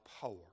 power